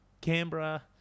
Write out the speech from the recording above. Canberra